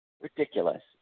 ridiculous